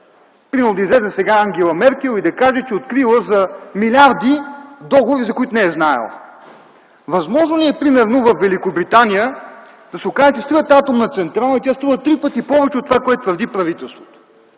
примерно да излезе сега Ангела Меркел и да каже, че открила за милиарди договори, за които не е знаела? Възможно ли е примерно във Великобритания да се окаже, че строят атомна централа и тя струва три пъти повече от това, което твърди правителството?